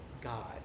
God